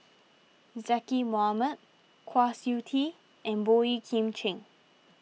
Zaqy Mohamad Kwa Siew Tee and Boey Kim Cheng